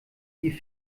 die